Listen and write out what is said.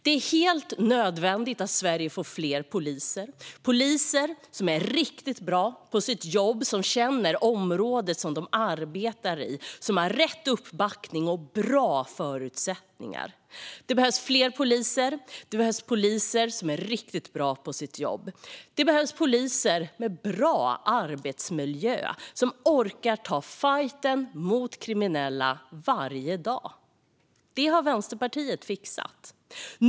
Det är helt nödvändigt att Sverige får fler poliser som är riktigt bra på sitt jobb, känner området de arbetar i och har rätt uppbackning och bra förutsättningar. Det behövs fler poliser som är riktigt bra på sitt jobb, har en bra arbetsmiljö och orkar ta fajten mot kriminella varje dag. Detta har Vänsterpartiet fixat.